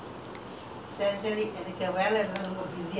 சரி ஆரமிக்கலாமா வேலய ஆரமிக்கலாமா:sari aarambikkalaamaa velaiye aarambikkelaamaa